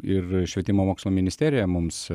ir švietimo mokslo ministerija mums